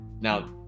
Now